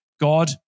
God